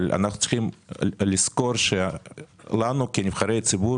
אבל אנחנו צריכים לזכור שכנבחרי ציבור